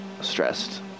stressed